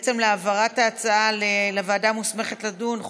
בעצם להעברת ההצעה לוועדה המוסמכת לדון,